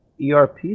ERP